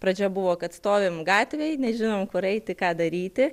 pradžia buvo kad stovim gatvėj nežinom kur eiti ką daryti